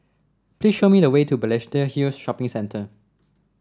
please show me the way to Balestier Hill Shopping Centre